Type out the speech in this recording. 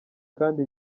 kandi